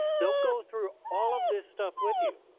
they'll go through all of this stuff with you.